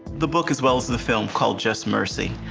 the book as well as the film, called just mercy.